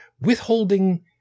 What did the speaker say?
withholding